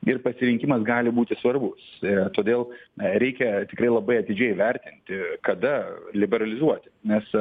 ir pasirinkimas gali būti svarbus todėl reikia tikrai labai atidžiai įvertinti kada liberalizuoti nes